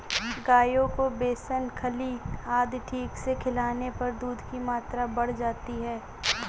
गायों को बेसन खल्ली आदि ठीक से खिलाने पर दूध की मात्रा बढ़ जाती है